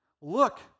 Look